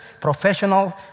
professional